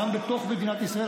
גם בתוך מדינת ישראל,